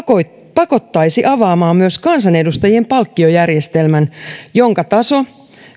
pakottaisi avaamaan myös kansanedustajien palkkiojärjestelmän jonka taso